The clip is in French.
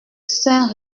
saint